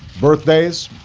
birthdays,